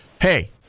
hey